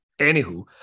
Anywho